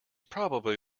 probably